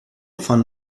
von